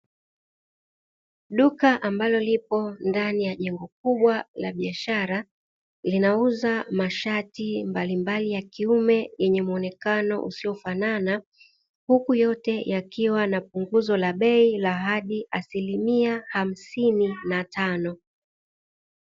Duka ambalo lipo ndani ya jengo kubwa la biashara linauza mashati mbalimbali ya kiume yenye muonekano usiofanana huku yote yakiwa na punguzo la bei la hadi asilimia hamsini na tano